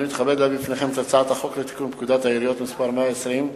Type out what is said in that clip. אני מתכבד להביא בפניכם את הצעת חוק לתיקון פקודת העיריות (מס' 120),